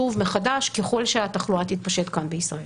ככל שהתחלואה תתפשט כאן בישראל.